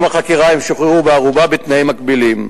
החקירה הם שוחררו בערובה בתנאים מגבילים,